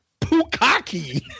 Pukaki